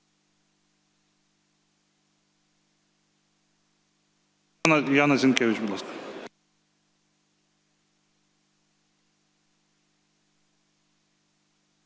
Дякую.